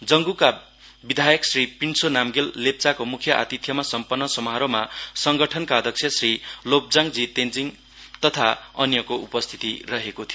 जङ्गुका विद्यायक श्री पिन्छो नामग्याल लेप्चाको मुख्य आतिथ्यमा सम्पन्न समारोहमा संगठनका अध्यक्ष श्री लोबजाङ जी तेञ्जिङ तथा अन्यको उपस्थिति रहेको थियो